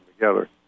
together